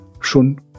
schon